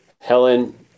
Helen